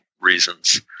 reasons